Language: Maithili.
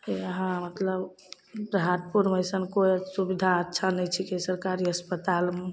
इएह मतलब राहतपुरमे एहन कोइ सुबिधा अच्छा नहि छिकै सरकारी अस्पतालमे